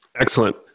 Excellent